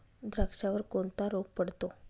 द्राक्षावर कोणता रोग पडतो?